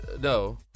no